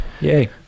Yay